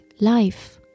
life